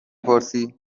پرسی